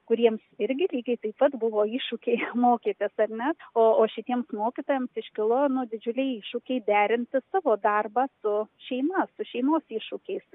kuriems irgi lygiai taip pat buvo iššūkiai mokytis ar net o šitiems mokytojams iškilo nu didžiuliai iššūkiai derinti savo darbą su šeima su šeimos iššūkiais